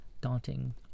daunting